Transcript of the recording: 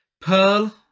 Pearl